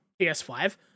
PS5